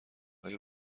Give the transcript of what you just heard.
ایا